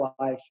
life